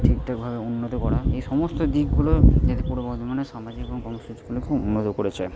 ঠিকঠাকভাবে উন্নত করা এই সমস্ত দিকগুলো পূর্ব বর্ধমানের সামাজিক এবং কর্মসূচিগুলোকে উন্নত করেছে